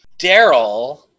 Daryl